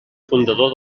fundador